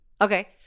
Okay